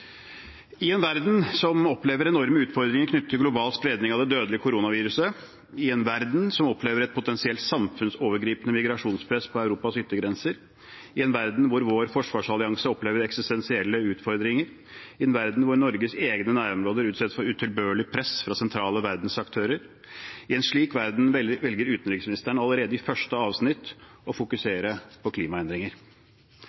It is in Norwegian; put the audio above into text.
I en verden som opplever enorme utfordringer knyttet til global spredning av det dødelige koronaviruset, i en verden som opplever et potensielt samfunnsovergripende migrasjonspress på Europas yttergrenser, i en verden hvor vår forsvarsallianse opplever eksistensielle utfordringer, i en verden hvor Norges egne nærområder utsettes for utilbørlig press fra sentrale verdensaktører, velger utenriksministeren allerede i første avsnitt å fokusere på klimaendringer. Utenriksministeren velger med andre ord å